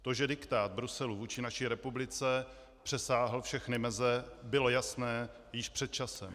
To, že diktát Bruselu vůči naší republice přesáhl všechny meze, bylo jasné již před časem.